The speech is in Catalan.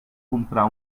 comprar